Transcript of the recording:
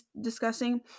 discussing